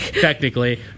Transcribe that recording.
technically